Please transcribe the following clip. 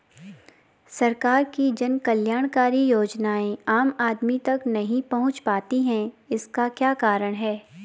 सरकार की जन कल्याणकारी योजनाएँ आम आदमी तक नहीं पहुंच पाती हैं इसका क्या कारण है?